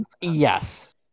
Yes